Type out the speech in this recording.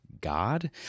god